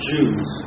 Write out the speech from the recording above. Jews